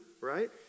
right